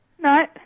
No